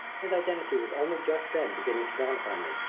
his identity was only just then beginning to dawn upon me.